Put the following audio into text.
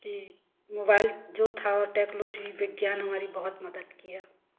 कि मोबाइल जो था टेकलॉजी विज्ञान हमारी बहुत मदद की है